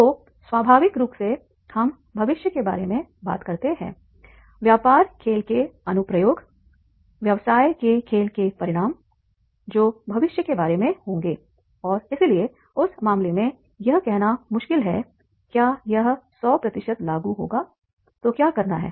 तो स्वाभाविक रूप से हम भविष्य के बारे में बात करते हैं व्यापार खेल के अनुप्रयोगव्यवसाय के खेल के परिणाम जो भविष्य के बारे में होंगे और इसलिए उस मामले में यह कहना मुश्किल है क्या यह 100 प्रतिशत लागू होगा तो क्या करना है